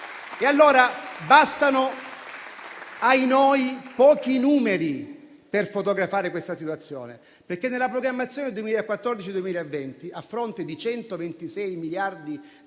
Allora bastano - ahinoi - pochi numeri per fotografare questa situazione, perché nella programmazione 2014-2020, a fronte di 126 miliardi di